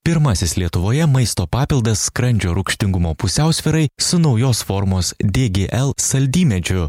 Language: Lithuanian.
pirmasis lietuvoje maisto papildas skrandžio rūgštingumo pusiausvyrai su naujos formos dgl saldymedžiu